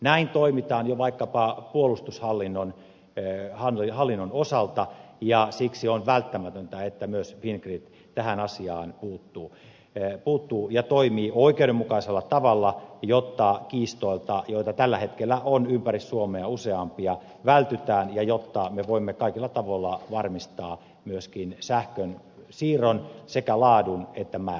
näin toimitaan jo vaikkapa puolustushallinnon osalta ja siksi on välttämätöntä että myös fingrid tähän asiaan puuttuu ja toimii oikeudenmukaisella tavalla jotta vältytään kiistoilta joita tällä hetkellä on ympäri suomea useampia ja jotta me voimme kaikilla tavoilla varmistaa myöskin sähkön siirron sekä laadun että määrän osalta